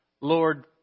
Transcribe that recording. Lord